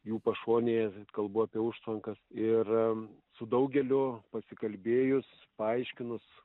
jų pašonėje kalbų apie užtvankas ir su daugeliu pasikalbėjus paaiškinus